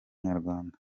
nyarwanda